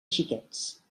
xiquets